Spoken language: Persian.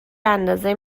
اندازه